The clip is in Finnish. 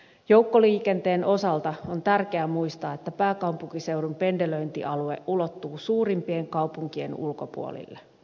joukkoliikenteen osalta on tärkeää muistaa että pääkaupunkiseudun pendelöintialue ulottuu suurimpien kaupunkien ulkopuolelle